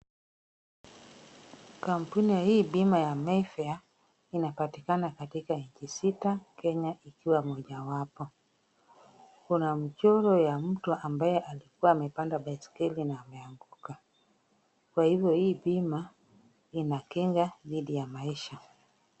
Kampuni ya hii bima ya Mayfair, inapatikana katika nchi sita, Kenya ikiwa moja wapo. Kuna mchoro ya mtu ambaye alikuwa amepanda baiskeli na ameanguka, kwa hivyo hii bima inakinga dhidi ya maisha.